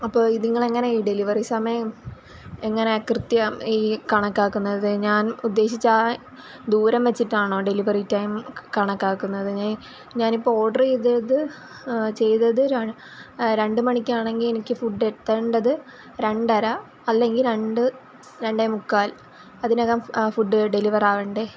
അപ്പോൾ ഇത് നിങ്ങളെങ്ങനെയാണ് ഈ ഡെലിവറി സമയം എങ്ങനെയാണ് കൃത്യം ഈ കണക്കാക്കുന്നത് ഞാൻ ഉദേശിച്ചാൽ ദൂരം വച്ചിട്ടാണോ ഡെലിവറി ടൈം കണക്കാക്കുന്നത് ഞാൻ ഞാനിപ്പോൾ ഓർഡർ ചെയ്തത് ചെയ്തത് രണ്ട് മണിക്കാണെങ്കിൽ എനിക്ക് ഫുഡ് എത്തേണ്ടത് രണ്ടര അല്ലെങ്കിൽ രണ്ട് രണ്ടേമുക്കാൽ അതിനകം ആ ഫുഡ് ഡെലിവറാവേണ്ടത്